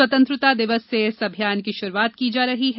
स्वतंत्रता दिवस से इस अभियान की शुरूआत की जा रही है